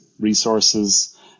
resources